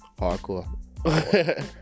Hardcore